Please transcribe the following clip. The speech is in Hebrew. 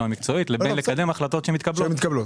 המקצועית לבין לקדם החלטות שמתקבלות.